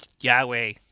Yahweh